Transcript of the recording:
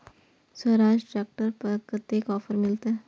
Swaraj tractor पर कतेक offer मिलते?